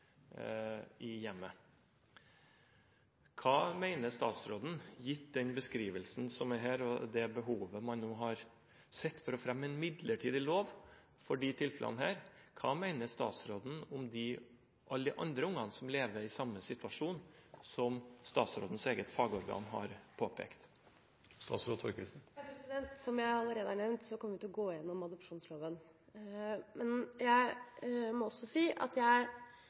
Gitt denne beskrivelsen og det behovet man nå har sett, nemlig behovet for å fremme en midlertidig lov for disse tilfellene, hva mener statsråden om alle de andre ungene som er i samme situasjon – noe statsrådens eget fagorgan har påpekt? Som jeg allerede har nevnt, kommer vi til å gå igjennom adopsjonsloven. Men jeg må også si at jeg